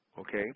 okay